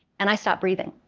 and i stopped breathing.